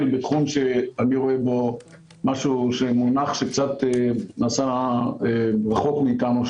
בתחום שאני רואה בו משהו שקצת נעשה רחוק מאיתנו,